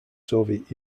soviet